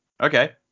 okay